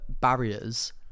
barriers